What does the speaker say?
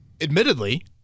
admittedly